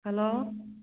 hello